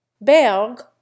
Berg